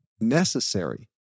necessary